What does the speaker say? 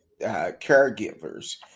caregivers